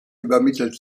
übermittelt